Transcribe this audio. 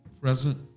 present